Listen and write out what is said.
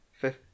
Fifth